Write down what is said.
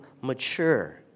mature